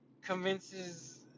Convinces